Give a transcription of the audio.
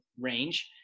range